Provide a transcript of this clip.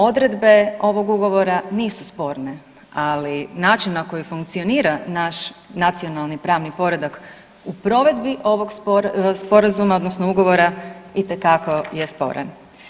Odredbe ovog ugovora nisu sporne, ali način na koji funkcionira naš nacionalni pravni poredak u provedbi ovog sporazuma odnosno ugovora itekako je sporan.